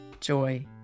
joy